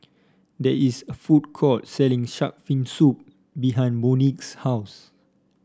there is a food court selling shark fin soup behind Monique's house